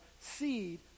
seed